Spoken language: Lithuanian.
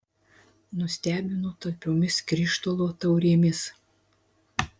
nustebino talpiomis krištolo taurėmis